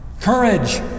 courage